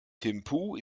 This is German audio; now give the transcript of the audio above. thimphu